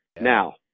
Now